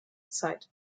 zeit